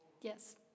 Yes